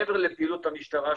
מעבר לפעילות המשטרה השוטפת,